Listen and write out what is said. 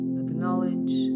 acknowledge